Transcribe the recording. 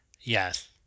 Yes